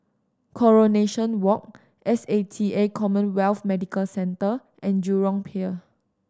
Coronation Walk S A T A CommHealth Medical Centre and Jurong Pier